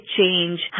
change